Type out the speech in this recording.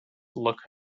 look